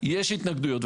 יש התנגדויות.